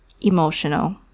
Emotional